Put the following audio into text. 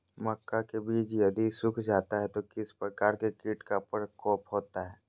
मक्का के बिज यदि सुख जाता है तो किस प्रकार के कीट का प्रकोप होता है?